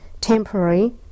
temporary